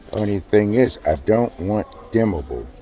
only thing is, i don't want dimmable.